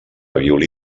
violí